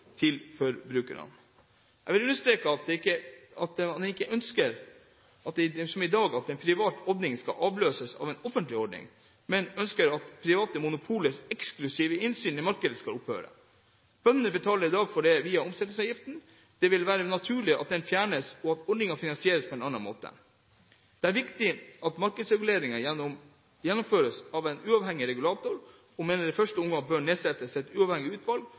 til forbrukerne. Jeg vil understreke at en ikke ønsker at det som i dag er en privat ordning, skal avløses av en offentlig ordning, men at en ønsker at private monopolers eksklusive innsyn i markedet skal opphøre. Bøndene betaler i dag for dette via omsetningsavgiften. Det vil være naturlig at den fjernes, og at ordningen finansieres på en annen måte. Det er viktig at markedsreguleringen gjennomføres av en uavhengig regulator, og vi mener at det i første omgang bør nedsettes et uavhengig utvalg